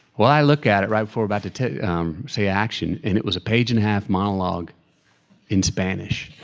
well, i look at it, right, before we're about to to say action and it was a page and a half monologue in spanish.